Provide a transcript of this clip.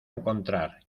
encontrar